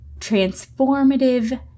transformative